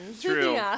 true